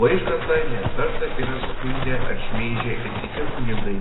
vaižgantą ne kartą yra skundę ar šmeižę ir kiti kunigai